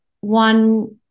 one